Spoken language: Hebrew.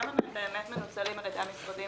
כמה מהם באמת מנוצלים על ידי המשרדים